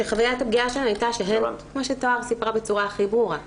שחוויית הפגיעה שלהן הייתה שהן כמו שטוהר סיפרה בצורה הכי ברורה.